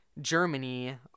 Germany